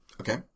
Okay